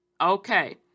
Okay